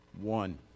One